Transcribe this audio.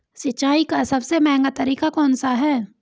सिंचाई का सबसे महंगा तरीका कौन सा है?